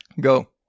Go